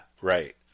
right